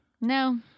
No